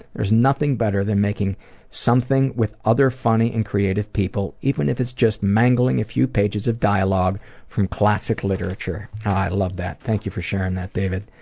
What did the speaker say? there's nothing better than making something with other funny and creative people, even if it's just mangling a few pages of dialog from classic literature. i love that. thank you for sharing that, david.